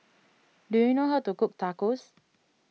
do you know how to cook Tacos